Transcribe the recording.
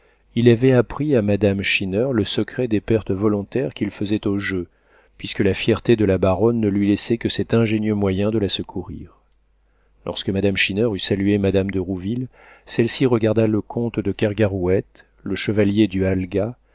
il avait appris à madame schinner le secret des pertes volontaires qu'il faisait au jeu puisque la fierté de la baronne ne lui laissait que cet ingénieux moyen de la secourir lorsque madame schinner eut salué madame de rouville celle-ci regarda le comte de kergarouët le chevalier du